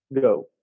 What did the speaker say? go